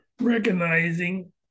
recognizing